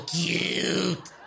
cute